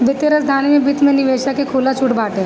वित्तीय राजधानी में वित्त में निवेशक के खुला छुट बाटे